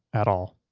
at all.